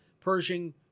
Pershing